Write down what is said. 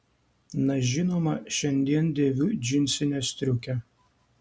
na žinoma šiandien dėviu džinsinę striukę